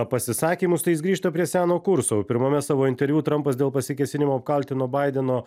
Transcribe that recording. pasisakymus tai jis grįžta prie seno kurso pirmame savo interviu trampas dėl pasikėsinimo apkaltino baideno